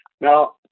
Now